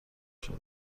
شده